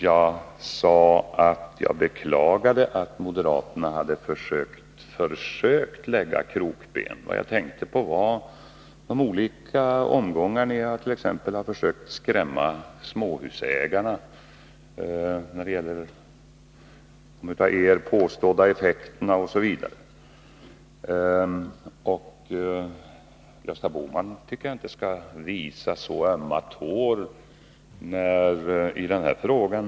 Jag sade att jag beklagar att moderaterna hade försökt lägga krokben. Jag tänkte bl.a. på hur ni i olika omgångar har försökt skrämma småhusägarna för de av er påstådda effekterna. Jag tycker inte att Gösta Bohman skall känna sig trampad på tårna i den här frågan.